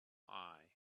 eye